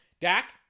Dak